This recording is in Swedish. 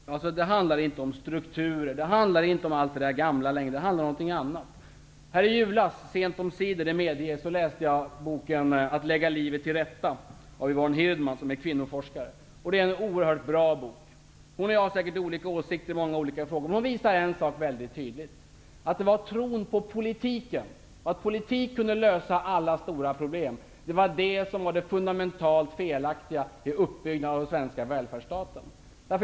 Herr talman! Det handlar inte om strukturer och allt det där gamla längre. Det handlar om någonting annat. I julas -- sent omsider, det medges -- läste jag boken Att lägga livet till rätta av Yvonne Hedman som är kvinnoforskare. Det är en oerhört bra bok. Hon och jag har säkert olika åsikter i många olika frågor men hon visar en sak väldigt tydligt: Tron på att politiken kunde lösa alla stora problem var det fundamentalt felaktiga i uppbyggnaden av den svenska välfärdsstaten.